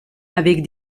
avec